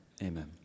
amen